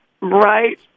Right